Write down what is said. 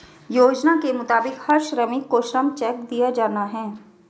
योजना के मुताबिक हर श्रमिक को श्रम चेक दिया जाना हैं